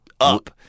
up